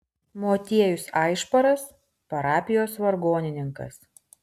motiejus aišparas parapijos vargonininkas